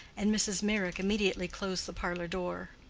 and mrs. meyrick immediately closed the parlor door.